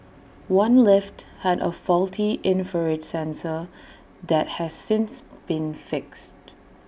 one lift had A faulty infrared sensor that has since been fixed